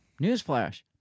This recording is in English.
newsflash